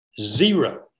zero